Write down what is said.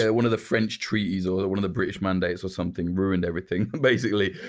ah one of the french treaties or the one of the british mandates or something ruined everything, basically.